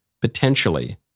potentially